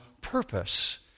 purpose